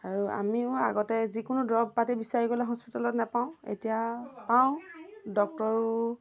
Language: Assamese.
আৰু আমিও আগতে যিকোনো দৰৱ পাতি বিচাৰি গ'লে হস্পিতেলত নেপাওঁ এতিয়া পাওঁ ডক্টৰো